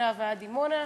מקריית-שמונה ועד דימונה,